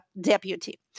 deputy